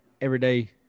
everyday